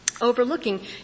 overlooking